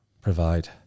provide